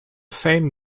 same